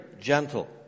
gentle